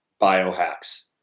biohacks